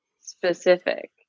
specific